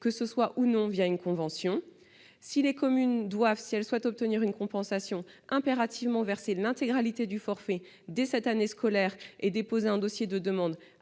que ce soit ou non une convention. Je voudrais aussi savoir si les communes doivent, si elles souhaitent obtenir une compensation, impérativement verser l'intégralité du forfait dès cette année scolaire et déposer un dossier de demande